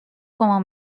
como